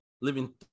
living